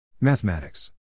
mathematics